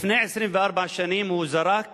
לפני 24 שנים הוא זרק